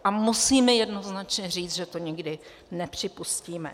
A musíme jednoznačně říct, že to nikdy nepřipustíme.